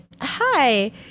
hi